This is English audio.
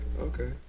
okay